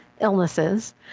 illnesses